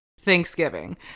Thanksgiving